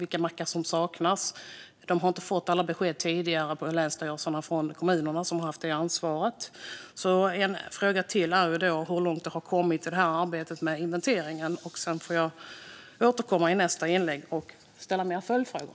Länsstyrelserna har inte fått alla besked från kommunerna, som tidigare haft det ansvaret. En annan av mina frågor är hur långt man kommit i arbetet med den inventeringen. Jag får återkomma i nästa inlägg och ställa följdfrågor.